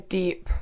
deep